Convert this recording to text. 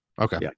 Okay